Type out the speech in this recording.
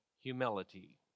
humility